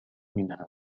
منها